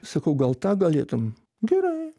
sakau gal tą galėtum gerai